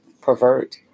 pervert